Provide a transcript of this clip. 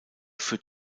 führt